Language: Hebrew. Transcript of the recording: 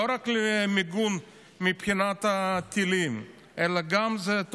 לא רק למיגון מבחינת הטילים אלא זו גם